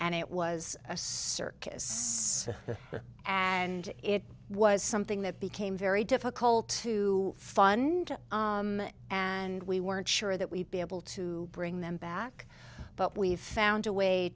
and it was a circus and it was something that became very difficult to fund and we weren't sure that we'd be able to bring them back but we've found a way